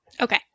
Okay